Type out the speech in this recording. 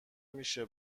میشه